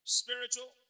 spiritual